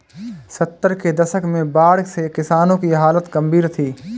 सत्तर के दशक में बाढ़ से किसानों की हालत गंभीर थी